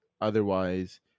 Otherwise